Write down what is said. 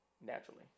naturally